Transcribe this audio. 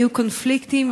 היו קונפליקטים.